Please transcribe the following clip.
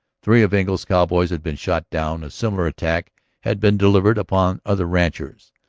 three of engle's cowboys had been shot down a similar attack had been delivered upon other ranches.